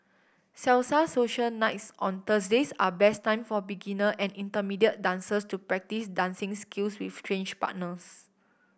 salsa social nights on Thursdays are best time for beginner and intermediate dancers to practice dancing skills with strange partners